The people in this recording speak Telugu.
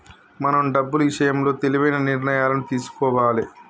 మనం డబ్బులు ఇషయంలో తెలివైన నిర్ణయాలను తీసుకోవాలే